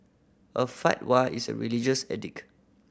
a fatwa is a religious edict